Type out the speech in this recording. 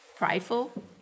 prideful